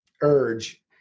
urge